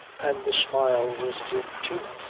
and the smile was dim too.